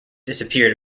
disappeared